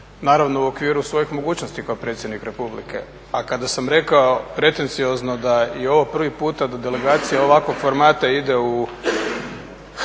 naravno u okviru svojih mogućnosti kao predsjednik Republike. A kada sam rekao pretenciozno da je ovo prvi puta da delegacija ovakvog formata ide u tehnološke